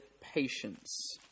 patience